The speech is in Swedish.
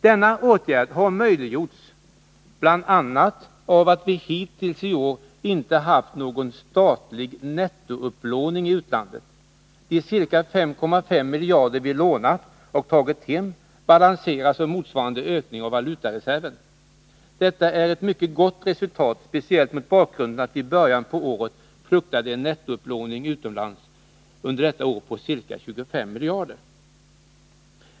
Denna åtgärd har möjliggjorts bl.a. av att vi hittills i år inte haft någon statlig nettoupplåning i utlandet. De ca 5,5 miljarder vi lånat och tagit hem balanseras av motsvarande ökning av valutareserven. Detta är ett mycket gott resultat, speciellt mot bakgrunden av att vi i början av året fruktade att nettoupplåningen utomlands under detta år skulle bli 25 miljarder.